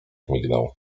migdał